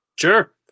Sure